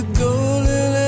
golden